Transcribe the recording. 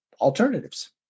alternatives